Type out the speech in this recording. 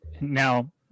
now